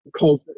COVID